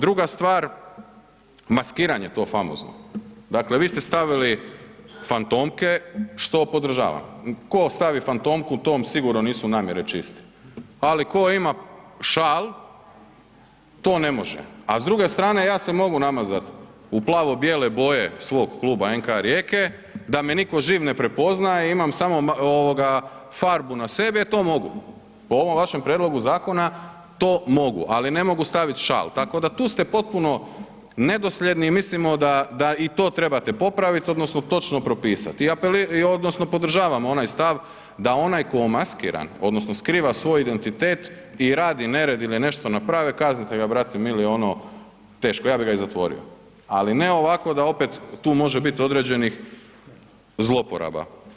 Druga stvar, maskiranje to famozno, dakle vi ste stavili fantomke, što podržavam, ko stavi fantomku tom sigurno nisu namjere čiste, ali ko ima šal to ne može, a s druge strane ja se mogu namazat u plavo bijele boje svog kluba NK Rijeke da me niko živ ne prepoznaje, imam samo ovoga farbu na sebi, e to mogu, po ovom vašem prijedlogu zakona to mogu, ali ne mogu stavit šal, tako da tu ste potpuno nedosljedni i mislimo da, da i to trebate popravit odnosno točno propisat i apeliram odnosno podržavam onaj stav da onaj ko umaskiran odnosno skriva svoj identitet i radi nered ili nešto naprave kaznite ga brate mili ono teško, ja bi ga i zatvorio, ali ne ovako da opet tu može bit određenih zlouporaba.